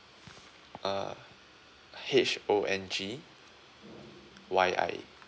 uh H O N G Y I